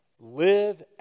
live